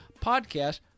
podcast